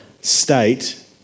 state